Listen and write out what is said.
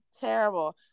terrible